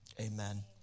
Amen